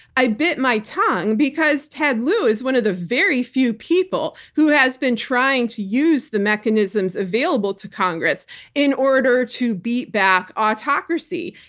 i bit my tongue because ted lieu is one of the very few people who has been trying to use the mechanisms available to congress in order to beat back autocracy.